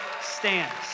stands